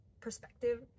perspective